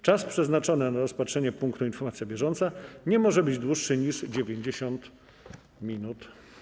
Czas przeznaczony na rozpatrzenie punktu: Informacja bieżąca nie może być dłuższy niż 90 minut.